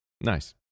Nice